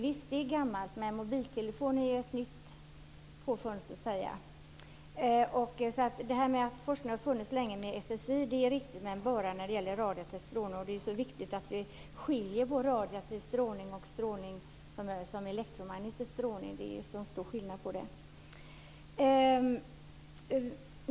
Visst är det gammalt, men mobiltelefoner är så att säga ett nytt påfund. Att forskningen har funnits länge hos SSI är riktigt, men bara när det gäller radioaktiv strålning. Det är viktigt att vi skiljer mellan radioaktiv strålning och elektromagnetisk strålning. Det är stor skillnad mellan dem.